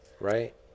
right